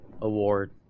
Award